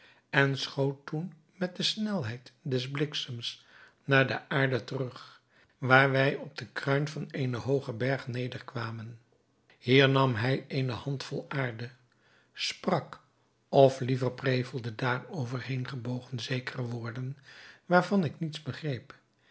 en schoot toen met de snelheid des bliksems naar de aarde terug waar wij op den kruin van eenen hoogen berg nederkwamen hier nam hij eene handvol aarde sprak of liever prevelde daarover heen gebogen zekere woorden waarvan ik niets begreep